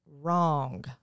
wrong